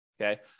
Okay